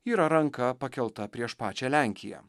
yra ranka pakelta prieš pačią lenkiją